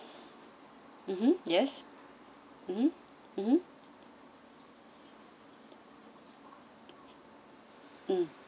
mmhmm yes mmhmm mm